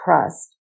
trust